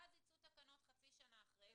ואז ייצאו תקנות חצי שנה אחרי כן